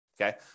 okay